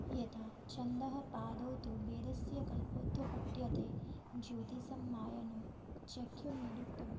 यथा छन्दः पादौ तु वेदस्य कल्पोऽथ पठ्यते ज्योतिषम् आयनं चक्षुः निरुक्तं